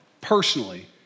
personally